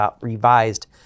revised